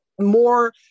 more